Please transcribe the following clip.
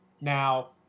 Now